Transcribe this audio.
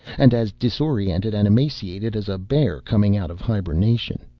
and as disoriented and emaciated as a bear coming out of hibernation.